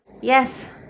Yes